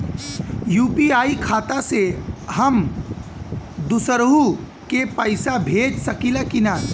UPI खाता से हम दुसरहु के पैसा भेज सकीला की ना?